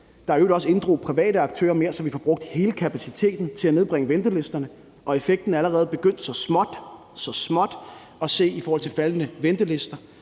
i øvrigt også inddrog private aktører mere, så vi får brugt hele kapaciteten til at nedbringe ventelisterne, og effekten er allerede begyndt så småt – så småt – at kunne ses